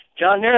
John